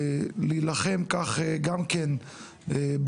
להילחם כך גם כן באבטלה,